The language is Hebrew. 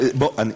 בחייך.